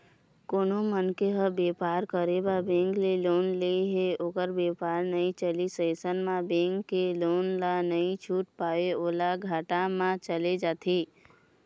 कोनो मनखे ह बेपार करे बर बेंक ले लोन ले हे ओखर बेपार नइ चलिस अइसन म बेंक के लोन ल नइ छूट पावय ओहा घाटा म चले जाथे